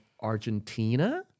Argentina